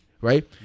right